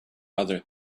other